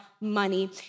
money